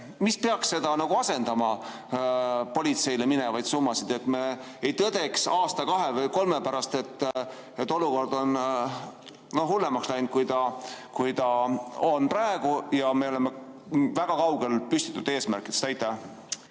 Mis peaks asendama politseile minevaid summasid, et me ei tõdeks aasta, kahe või kolme pärast, et olukord on läinud hullemaks, kui ta on praegu, ja me oleme väga kaugel püstitatud eesmärkidest?